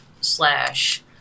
slash